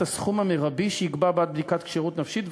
הסכום המרבי בעד בדיקת כשירות נפשית,